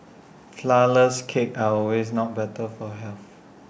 Flourless Cakes are not always better for health